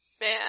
Man